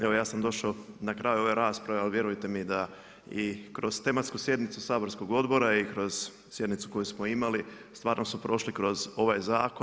Evo ja sam došao na kraju ove rasprave ali vjerujte mi da i kroz tematsku sjednicu saborskog odbora i kroz sjednicu koju smo imali stvarno smo prošli kroz ovaj zakon.